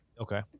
Okay